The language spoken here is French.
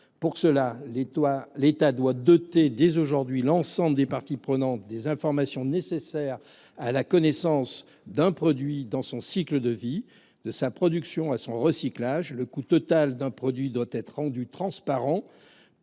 Pour cela, l'État doit doter l'ensemble des parties prenantes des informations nécessaires à la connaissance d'un produit dans son cycle de vie, de sa production à son recyclage. Le coût total d'un produit doit être rendu transparent